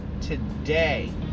today